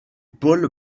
paul